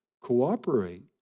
cooperate